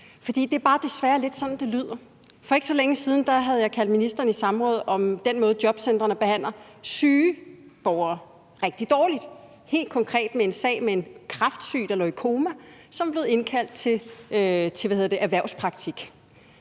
for det er desværre bare lidt sådan, det lyder. For ikke så længe siden havde jeg kaldt ministeren i samråd om den måde, jobcentrene behandler syge borgere rigtig dårligt på. Det var helt konkret med en sag om en kræftsyg, der lå i koma, og som var blevet indkaldt til erhvervspraktik.